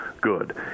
good